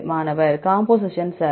மாணவர் composition sir